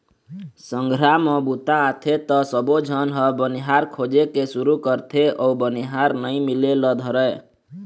संघरा म बूता आथे त सबोझन ह बनिहार खोजे के सुरू करथे अउ बनिहार नइ मिले ल धरय